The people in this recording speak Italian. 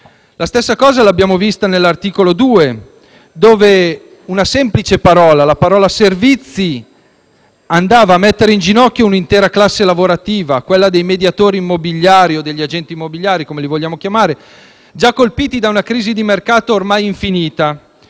La stessa cosa l'abbiamo vista nell'articolo 2, dove la semplice parola «servizi» andava a mettere in ginocchio un'intera classe lavorativa, quella dei mediatori immobiliari o agenti immobiliari, già colpiti da una crisi di mercato ormai infinita.